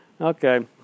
Okay